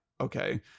okay